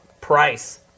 price